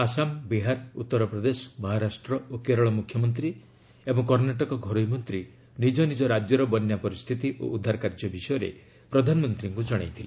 ଆସାମ ବିହାର ଉତ୍ତର ପ୍ରଦେଶ ମହାରାଷ୍ଟ୍ର ଓ କେରଳ ମୁଖ୍ୟମନ୍ତ୍ରୀ ଏବଂ କର୍ଷାଟକ ଘରୋଇ ମନ୍ତ୍ରୀ ନିଜ ନିଜ ରାଜ୍ୟର ବନ୍ୟା ପରିସ୍ଥିତି ଓ ଉଦ୍ଧାର କାର୍ଯ୍ୟ ବିଷୟରେ ପ୍ରଧାନମନ୍ତ୍ରୀଙ୍କୁ ଜଣାଇଥିଲେ